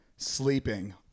sleeping